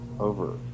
over